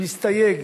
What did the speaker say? מסתייג